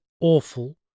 awful